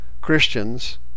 Christians